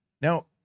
Now